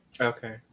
Okay